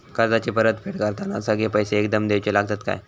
कर्जाची परत फेड करताना सगळे पैसे एकदम देवचे लागतत काय?